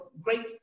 great